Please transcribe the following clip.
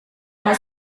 rumah